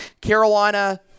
Carolina